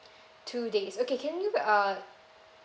two days okay can you uh